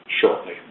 shortly